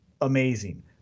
amazing